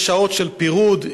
יש שעות של פירוד,